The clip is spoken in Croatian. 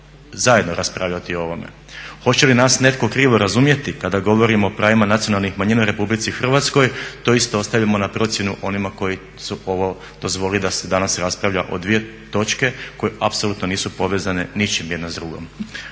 zajedno raspravljati o ovome. Hoće li nas netko krivo razumjeti kad govorimo o pravima nacionalnih manjina u RH to isto ostavljamo na procjenu onima koji su ovo dozvolili da se danas raspravlja o dvije točke koje apsolutno nisu povezane ničim jedna s drugom.